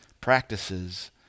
practices